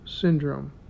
syndrome